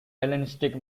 hellenistic